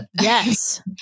Yes